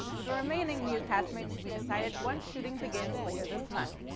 with the remaining new cast mates to be decided once shooting begins later this month.